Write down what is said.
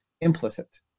implicit